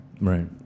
Right